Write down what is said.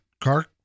car